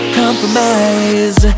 compromise